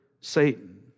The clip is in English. Satan